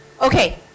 Okay